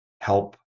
help